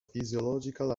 physiological